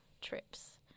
trips